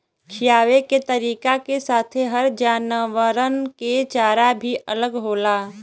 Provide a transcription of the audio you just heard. खिआवे के तरीका के साथे हर जानवरन के चारा भी अलग होला